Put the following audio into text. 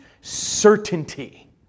certainty